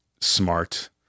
smart